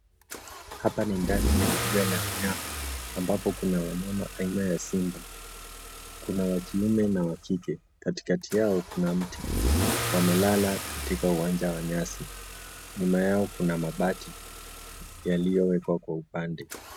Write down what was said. Hapa ni ndani ya mbuga la wanyama, ambapo kuna wanyama aina ya simba, kuna wa kiume na kike. Katikati yao kuna mti, wamelala katika uwanja wa nyasi. Nyuma yao kuna mabati yaliyowekwa kwa upande.